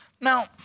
Now